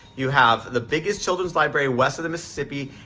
you have the biggest children's library west of the mississippi,